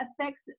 affects